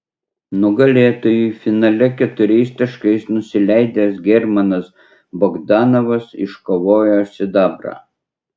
nugalėtojui finale keturiais taškais nusileidęs germanas bogdanovas iškovojo sidabrą